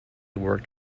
worked